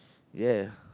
ya